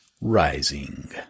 Rising